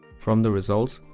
from the results,